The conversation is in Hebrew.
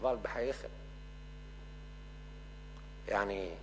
אבל, בחייכם, יעני,